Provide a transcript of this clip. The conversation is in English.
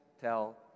tell